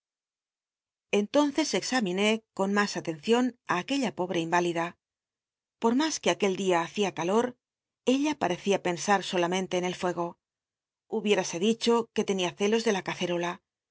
entonces examiné con mas atencion li aquella pobre inválida por mas que ac ucl dia hacia calor ella parecía pensar sqlamente en el fuego hubiórasc dicho que ten ia celos de la cacerola